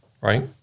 Right